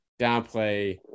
downplay